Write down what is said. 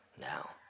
now